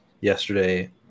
yesterday